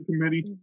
committee